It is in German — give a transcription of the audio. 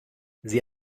sie